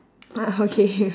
ah okay